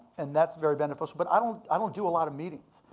and that's very beneficial. but i don't i don't do a lotta meetings.